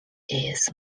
his